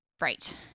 Right